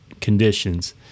conditions